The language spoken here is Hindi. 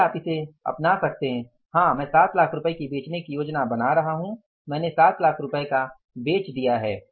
फिर आप इसे अपना सकते है हाँ मैं 7 लाख रुपये की बेचने की योजना बना रहा हूं मैंने 7 लाख रुपये का बेच दिया है